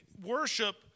worship